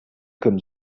comme